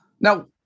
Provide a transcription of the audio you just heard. Now